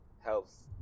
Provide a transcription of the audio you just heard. helps